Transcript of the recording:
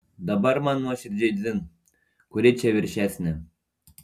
dabar man nuoširdžiai dzin kuri čia viršesnė